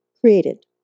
created